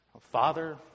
Father